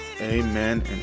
Amen